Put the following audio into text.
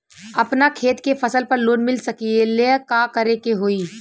अपना खेत के फसल पर लोन मिल सकीएला का करे के होई?